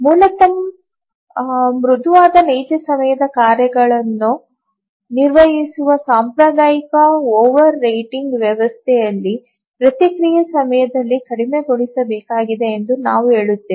ಮೂಲತಃ ಮೃದುವಾದ ನೈಜ ಸಮಯದ ಕಾರ್ಯಗಳನ್ನು ನಿರ್ವಹಿಸುವ ಸಾಂಪ್ರದಾಯಿಕ ಓವರ್ರೇಟಿಂಗ್ ವ್ಯವಸ್ಥೆಯಲ್ಲಿ ಪ್ರತಿಕ್ರಿಯೆ ಸಮಯವನ್ನು ಕಡಿಮೆಗೊಳಿಸಬೇಕಾಗಿದೆ ಎಂದು ನಾವು ಹೇಳಿದ್ದೇವೆ